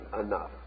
enough